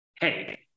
Hey